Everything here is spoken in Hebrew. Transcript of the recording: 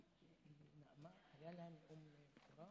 זה נאום ראשון שלך, שרון?